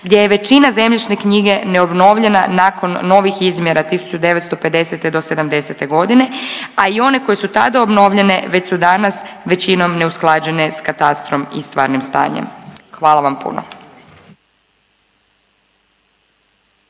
gdje je većina zemljišne knjige neobnovljena nakon novih izmjera 1950. do '70.g., a i one koje su tada obnovljene već su danas većinom neusklađene s katastrom i stvarnim stanjem. Hvala vam puno.